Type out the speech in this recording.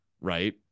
Right